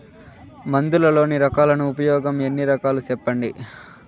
మందులలోని రకాలను ఉపయోగం ఎన్ని రకాలు? సెప్పండి?